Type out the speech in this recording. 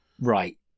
Right